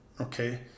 okay